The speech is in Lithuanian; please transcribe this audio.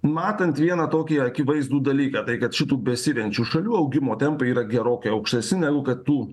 matant vieną tokį akivaizdų dalyką tai kad šitų besivejančių šalių augimo tempai yra gerokai aukštesni negu kad tų